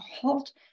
halt